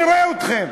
נראה אתכם.